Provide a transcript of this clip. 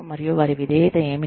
మరియు వారి విధేయత ఏమిటి